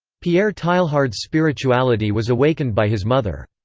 pierre teilhard's spirituality was awakened by his mother.